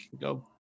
go